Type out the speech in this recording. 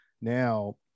now